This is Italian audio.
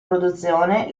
produzione